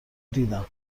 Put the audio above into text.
دیدم